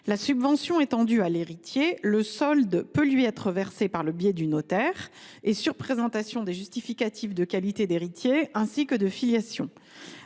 La subvention étant due à l’héritier, le solde peut lui être reversé par le biais du notaire et sur présentation des justificatifs de qualité d’héritier ainsi que de filiation.